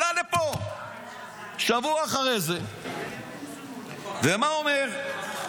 הוא עלה לפה שבוע אחרי זה, ומה הוא אומר?